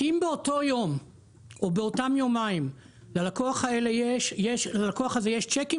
כי אם באותו יום או באותם יומיים ללקוח הזה יש צ'קים